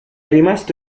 rimasto